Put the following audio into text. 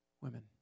women